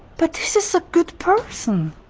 but this is a good person,